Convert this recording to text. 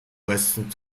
lesson